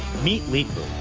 meet leepu.